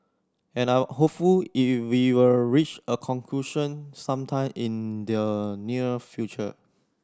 and I'm hopeful you we will reach a conclusion some time in the near future